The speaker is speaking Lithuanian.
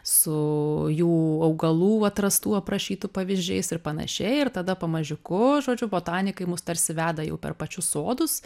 su jų augalų atrastų aprašytų pavyzdžiais ir panašiai ir tada pamažiuku žodžiu botanikai mus tarsi veda jau per pačius sodus